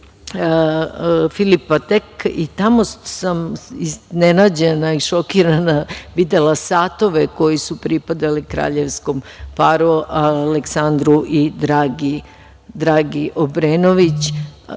Filip Patek i tamo sam iznenađena i šokirana videla satove koji su pripadali kraljevskom paru Aleksandru i Dragi Obrenović.